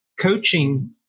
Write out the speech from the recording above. coaching